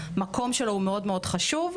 והמקום שלו הוא חשוב מאוד.